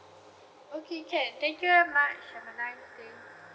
okay can thank you very much have a nice day